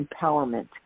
empowerment